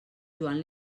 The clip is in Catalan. joan